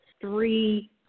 three